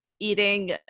eating